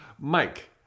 Mike